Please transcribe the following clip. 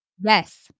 Yes